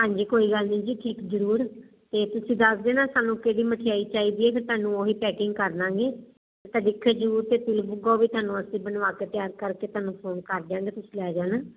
ਹਾਂਜੀ ਕੋਈ ਗੱਲ ਨਹੀਂ ਜੀ ਠੀਕ ਜਰੂਰ ਤੇ ਤੁਸੀਂ ਦੱਸ ਦੇਣਾ ਸਾਨੂੰ ਕਿਹੜੀ ਮਠਿਆਈ ਚਾਹੀਦੀ ਹ ਫਿਰ ਤੁਹਾਨੂੰ ਉਹੀ ਪੈਕਿੰਗ ਕਰ ਦਾਂਗੇ ਤਾਂ ਜਿੱਥੇ ਜਰੂਰ ਤੇ ਤਿਲ ਬੁੱਗਾ ਹੋਵੇ ਤੁਹਾਨੂੰ ਅਸੀਂ ਬਣਵਾ ਕੇ ਤਿਆਰ ਕਰਕੇ ਤੁਹਾਨੂੰ ਫੋਨ ਕਰ ਦਿਆਂਗੇ ਤੁਸੀਂ ਲੈ ਜਾਣਾ